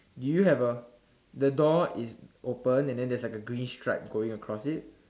do you have a the door is open and then there's a green stripe going across it